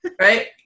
Right